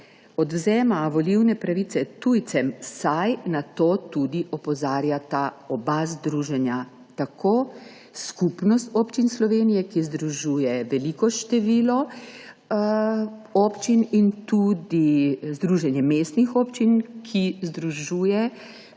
odvzema volilne pravice tujcem, saj na to tudi opozarjata obe združenji, Skupnost občin Slovenije, ki združuje veliko število občin, in Združenje mestnih občin, ki združuje